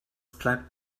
bleibt